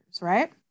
right